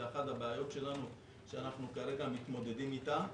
זו אחת הבעיות שלנו שאנחנו כרגע מתמודדים איתה.